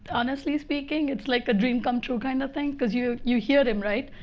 honestly speaking, it's like a dream come true kind of thing, because you you hear him, right?